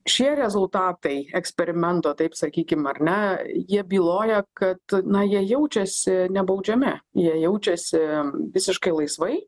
šie rezultatai eksperimento taip sakykim ar ne jie byloja kad na jie jaučiasi nebaudžiami jie jaučiasi visiškai laisvai